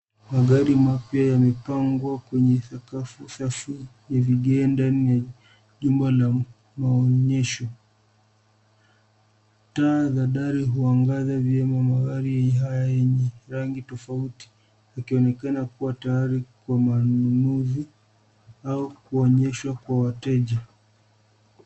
Magari mapya yamepangwa kwenye sakafu safi ya vigae ndani ya jumba la maonyesho. Taa za dari huangaza vyema magari haya yenye rangi tofauti yakionekana kuwa tayari kwa ununuzi au kuonyeshwa kwa wateja.